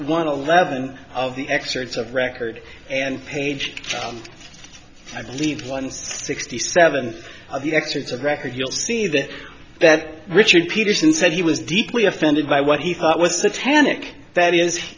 level of the excerpts of record and page i believe one sixty seven of the excerpts of record you'll see that that richard peterson said he was deeply offended by what he thought was the tannic that is